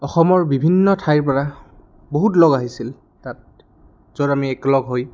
অসমৰ বিভিন্ন ঠাইৰপৰা বহুত লগ আহিছিল তাত য'ত আমি একলগ হৈ